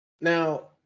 Now